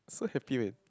so happy meh